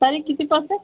तरी किती परसेंट